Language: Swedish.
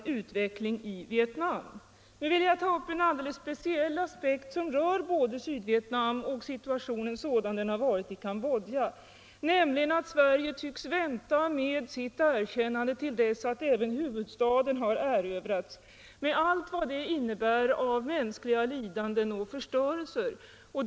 fulla diplomatiska I det sammanhanget vill jag ta upp en alldeles speciell aspekt som = förbindelser med rör både Sydvietnam och situationen sådan den har varit i Cambodja. — Republiken Sverige tycks vänta med sitt erkännande till dess att även huvudstaden = Sydvietnams har erövrats med allt vad det innebär av mänskliga lidanden och för = provisoriska störelse.